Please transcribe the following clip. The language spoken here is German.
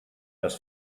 das